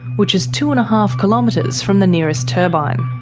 which is two and a half kilometres from the nearest turbine.